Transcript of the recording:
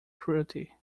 cruelty